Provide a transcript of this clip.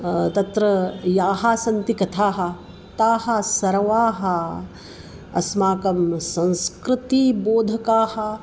तत्र याः सन्ति कथाः ताः सर्वाः अस्माकं संस्कृतिबोधकाः